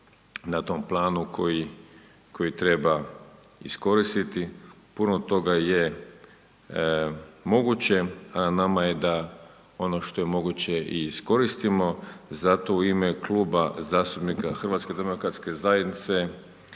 na tom planu koji treba iskoristiti. Puno toga je moguće, a na nama je da ono što je moguće i iskoristimo, zato u ime Kluba zastupnika HDZ-a ovdje mogu reći